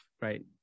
Right